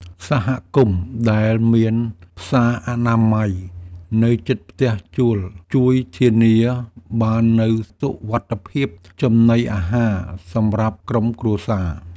សហគមន៍ដែលមានផ្សារអនាម័យនៅជិតផ្ទះជួលជួយធានាបាននូវសុវត្ថិភាពចំណីអាហារសម្រាប់ក្រុមគ្រួសារ។